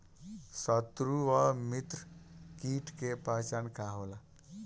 सत्रु व मित्र कीट के पहचान का होला?